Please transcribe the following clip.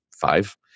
five